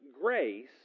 grace